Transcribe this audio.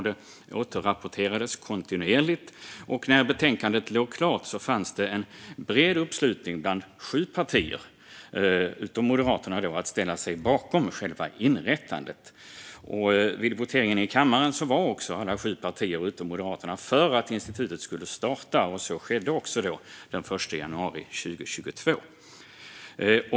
Det återrapporterades kontinuerligt, och när betänkandet låg klart fanns det en bred uppslutning bland sju partier, utom Moderaterna, att ställa sig bakom själva inrättandet. Vid voteringen röstade också sju partier, utom Moderaterna, för att institutet skulle starta. Så skedde också den 1 januari 2022.